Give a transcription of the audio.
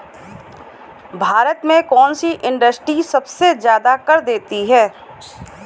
भारत में कौन सी इंडस्ट्री सबसे ज्यादा कर देती है?